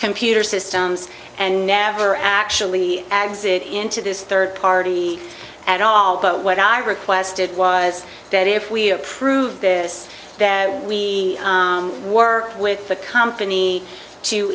computer systems and never actually adds it into this third party at all but what i requested was that if we approve this that we work with the company to